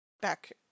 back